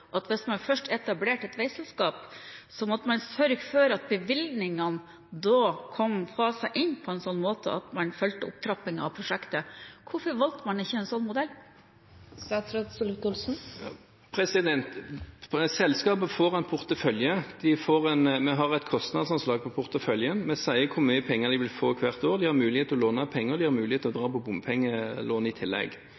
at hvis man først etablerte et veiselskap, måtte man sørge for at bevilgningene ble faset inn på en sånn måte at man fulgte opptrappingen av prosjektet. Hvorfor valgte man ikke en sånn modell? Selskapet får en portefølje. Vi har et kostnadsanslag over porteføljen – vi sier hvor mye penger de vil få hvert år. De har mulighet til å låne penger, og de har mulighet til bompengelån i tillegg.